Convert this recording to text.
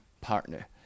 partner